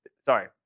sorry